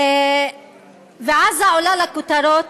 עזה עולה לכותרות.